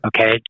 Okay